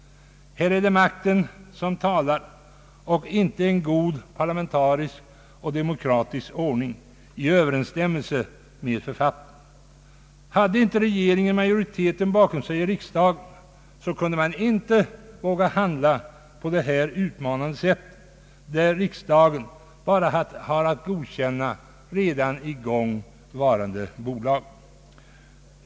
Här är det makten som talar och inte en god parlamentarisk och demokratisk ordning i överensstäm melse med författningen. Om inte regeringen hade riksdagsmajoriteten bakom sig, så skulle man inte våga handla på detta utmanande sätt, där riksdagen bara har att godkänna bildandet av redan i gång varande bolag.